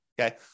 Okay